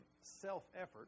self-effort